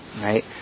right